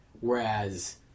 whereas